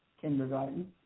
kindergarten